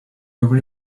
over